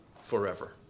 forever